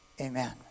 Amen